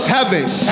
Heavens